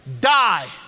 die